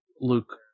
Luke